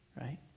Right